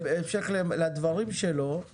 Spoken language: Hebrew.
בהמשך לדברים שמרגי אמר,